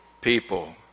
people